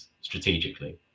strategically